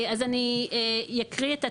אז אני אקריא את התיקון.